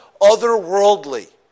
otherworldly